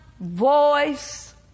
voice